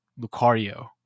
Lucario